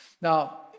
Now